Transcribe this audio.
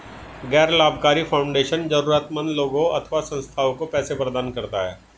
गैर लाभकारी फाउंडेशन जरूरतमन्द लोगों अथवा संस्थाओं को पैसे प्रदान करता है